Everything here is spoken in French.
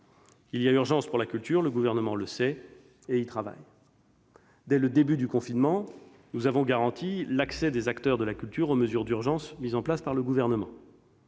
Il y a urgence pour la culture, le Gouvernement le sait et travaille à trouver des solutions. Dès le début du confinement, nous avons garanti l'accès des acteurs de la culture aux mesures d'urgence mises en place par le Gouvernement.